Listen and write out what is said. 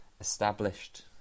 established